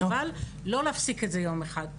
אבל לא להפסיק את זה יום אחד,